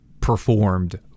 performed